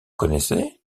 connaissez